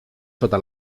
sota